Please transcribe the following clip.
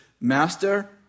Master